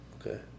Okay